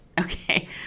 Okay